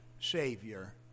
Savior